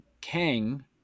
Kang